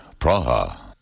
Praha